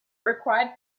required